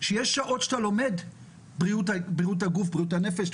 שיהיו שעות שאתה לומד בריאות הגוף ובריאות הנפש,